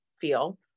feel